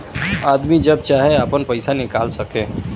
आदमी जब चाहे आपन पइसा निकाल सके